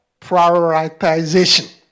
prioritization